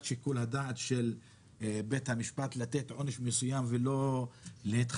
שיקול הדעת של בית המשפט לתת עונש מסוים ולא להתחשב